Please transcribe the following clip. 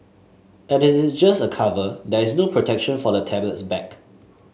as it is just a cover there is no protection for the tablet's back